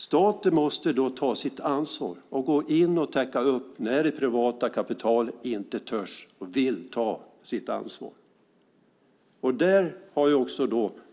Staten måste ta sitt ansvar och gå in och täcka upp när man med det privata kapitalet inte törs och vill ta sitt ansvar.